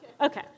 Okay